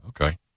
Okay